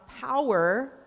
power